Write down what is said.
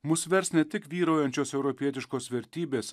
mus vers ne tik vyraujančios europietiškos vertybės